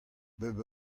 bep